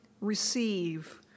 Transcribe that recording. receive